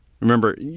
Remember